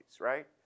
right